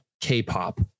k-pop